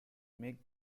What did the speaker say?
make